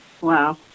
Wow